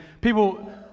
people